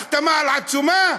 החתמה על עצומה?